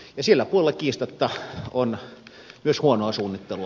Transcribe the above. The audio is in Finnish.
sillä puolella kiistatta on myös huonoa suunnittelua